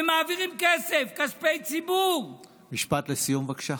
ומעבירים כסף, כספי ציבור, משפט לסיום, בבקשה.